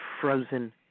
frozen